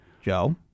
Joe